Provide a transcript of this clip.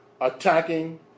attacking